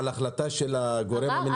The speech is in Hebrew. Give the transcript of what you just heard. ערר על החלטה של הגורם המינהלי?